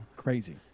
Crazy